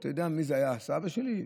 אתה יודע מי היה הסבא שלי?